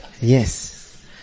Yes